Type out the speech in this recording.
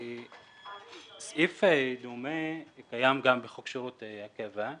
סעיף דומה קיים גם בחוק שירות הקבע,